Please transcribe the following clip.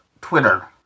Twitter